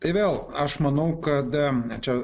tai vėl aš manau kad čia